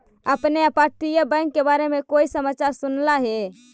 आपने अपतटीय बैंक के बारे में कोई समाचार सुनला हे